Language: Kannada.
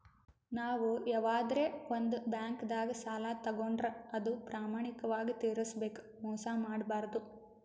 ನಾವ್ ಯವಾದ್ರೆ ಒಂದ್ ಬ್ಯಾಂಕ್ದಾಗ್ ಸಾಲ ತಗೋಂಡ್ರ್ ಅದು ಪ್ರಾಮಾಣಿಕವಾಗ್ ತಿರ್ಸ್ಬೇಕ್ ಮೋಸ್ ಮಾಡ್ಬಾರ್ದು